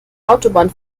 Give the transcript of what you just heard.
autobahn